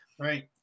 Right